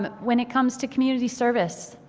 but when it comes to community service,